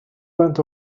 went